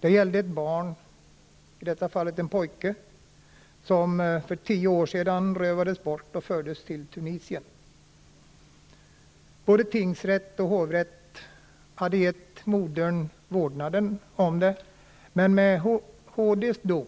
Det gällde ett barn, en pojke, som för tio år sedan rövades bort och fördes till Tunisien. Både tingsrätt och hovrätt hade givit modern vårdnaden om barnet. Men med HD:s dom